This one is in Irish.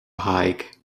thaidhg